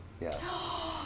Yes